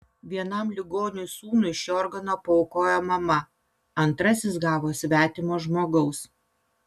vienam ligoniui sūnui šį organą paaukojo mama antrasis gavo svetimo žmogaus